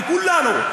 וכולנו,